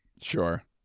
sure